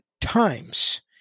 times